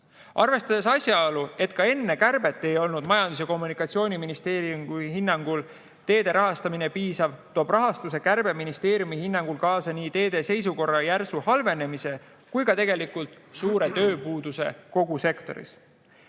Arvestades asjaolu, et ka enne kärbet ei olnud Majandus‑ ja Kommunikatsiooniministeeriumi hinnangul teede rahastamine piisav, toob rahastuse kärbe ministeeriumi hinnangul kaasa nii teede seisukorra järsu halvenemise kui ka tegelikult suure tööpuuduse kogu sektoris.